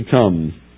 come